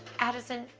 addison,